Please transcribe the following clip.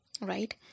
Right